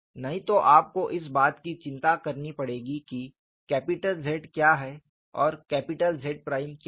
नहीं तो आपको इस बात की चिंता करनी पड़ेगी कि कैपिटल Z क्या है और कैपिटल Z प्राइम क्या है